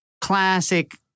classic